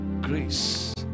grace